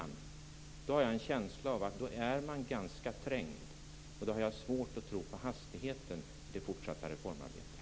Man är alltså ganska trängd, och jag har svårt att tro på hastigheten i det fortsatta reformarbetet.